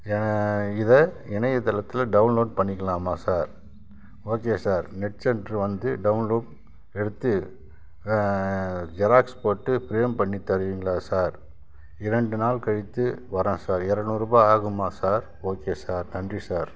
ஏன் இதை இணயதளத்தில் டவுன்லோட் பண்ணிக்கலாமா sir okay sir net centre வந்து டவுன்லோட் எடுத்து ஜெராக்ஸ் போட்டு ஃப்ரேம் பண்ணி தருவீங்களா சார் இரண்டு நாள் கழித்து வர்றேன் சார் எரநூறுபா ஆகுமா சார் ஓகே சார் நன்றி சார்